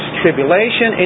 tribulation